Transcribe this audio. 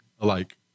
alike